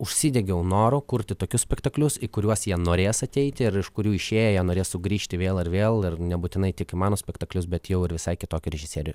užsidegiau noru kurti tokius spektaklius į kuriuos jie norės ateiti ir iš kurių išėję jie norės sugrįžti vėl ar vėl ar nebūtinai tik į mano spektaklius bet jau ir visai kitokią režisierių